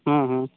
हाँ हाँ